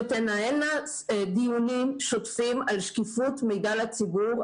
שתנהלנה דיונים שוטפים על שקיפות מידע לציבור.